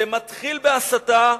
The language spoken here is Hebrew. זה מתחיל בהסתה,